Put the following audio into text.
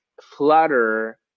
Flutter